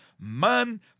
man